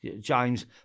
James